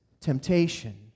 temptation